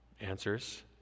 answers